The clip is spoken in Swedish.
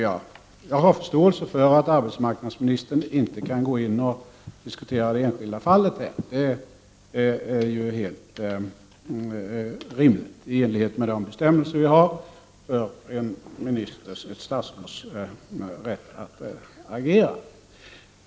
Jag har förståelse för att arbetsmarknadsministern inte kan gå in och diskutera det enskilda fallet — det är ju helt i enlighet med de bestämmelser vi har för ett statsråds rätt att agera.